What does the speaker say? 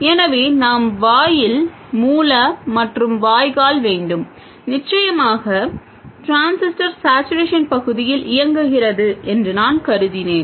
எனவே நாம் வாயில் மூல மற்றும் வாய்க்கால் வேண்டும் நிச்சயமாக டிரான்சிஸ்டர் சேட்சுரேஷன் பகுதியில் இயங்குகிறது என்று நான் கருதினேன்